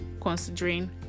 Considering